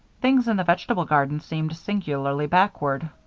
things in the vegetable garden seemed singularly backward,